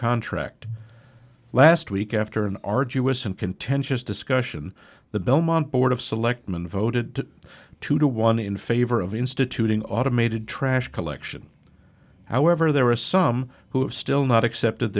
contract last week after an arduous and contentious discussion the belmont board of selectmen voted two to one in favor of instituting automated trash collection however there are some who have still not accepted